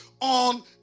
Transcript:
on